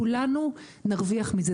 כולנו נרוויח מזה,